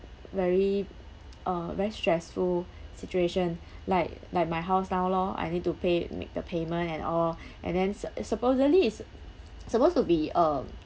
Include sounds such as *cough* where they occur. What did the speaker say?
very uh very stressful situation like like my house now lor I need to pay make the payment at all *breath* and then s~ supposedly it's supposed to be a